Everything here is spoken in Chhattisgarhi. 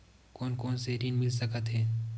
कोन कोन से ऋण मिल सकत हे?